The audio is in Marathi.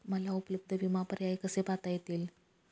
मला उपलब्ध विमा पर्याय कसे पाहता येतील?